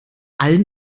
allen